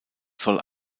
soll